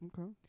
Okay